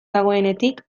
dagoenetik